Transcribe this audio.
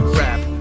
rap